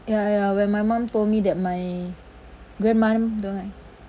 ya ya when my mum told me that my grandmother don't like